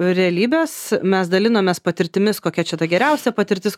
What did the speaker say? realybės mes dalinomės patirtimis kokia čia ta geriausia patirtis